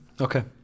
Okay